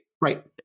Right